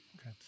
Okay